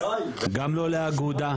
גם לא לאגודה,